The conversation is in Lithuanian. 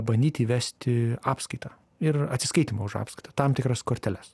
bandyti įvesti apskaitą ir atsiskaitymo už apskaitą tam tikras korteles